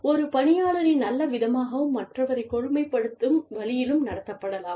ஒரு பணியாளரை நல்லவிதமாகவும் மற்றவரை கொடுமைப்படுத்தப்படுத்தும் வழியிலும் நடத்தப்படலாம்